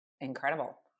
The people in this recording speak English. incredible